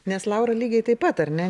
nes laura lygiai taip pat ar ne